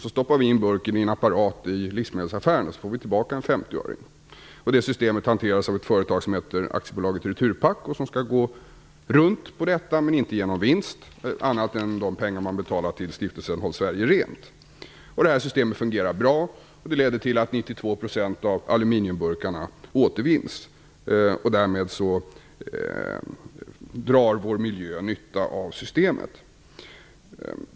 Så stoppar vi in burken i en apparat i affären och får tillbaka 50 öre. Systemet hanteras av ett företag som heter AB Returpack som skall gå runt men inte ge någon vinst, annat än genom de pengar man betalar in till stiftelsen Håll Sverige Rent. Systemet fungerar bra. Det leder till att 92 % av aluminiumburkarna återvinns. Därmed drar vår miljö nytta av systemet.